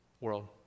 world